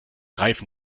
reifen